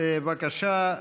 בבקשה,